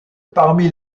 parmi